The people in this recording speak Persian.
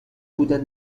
بودن